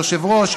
היושב-ראש,